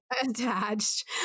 attached